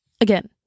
again